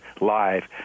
live